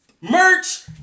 Merch